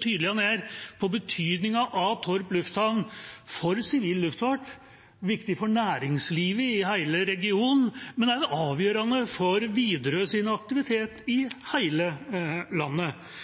det gjelder betydningen av Torp lufthavn for sivil luftfart. Den er viktig for næringslivet i hele regionen, men den er også avgjørende for Widerøes aktivitet i hele landet.